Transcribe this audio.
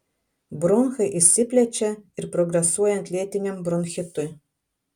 bronchai išsiplečia ir progresuojant lėtiniam bronchitui